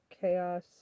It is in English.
chaos